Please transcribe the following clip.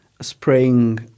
spraying